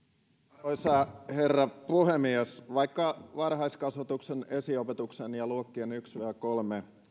arvoisa herra puhemies vaikka varhaiskasvatuksen esiopetuksen ja luokkien yksi viiva kolme